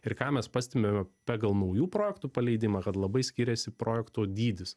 ir ką mes pastebime pagal naujų projektų paleidimą kad labai skiriasi projekto dydis